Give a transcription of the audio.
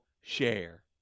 share